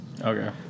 Okay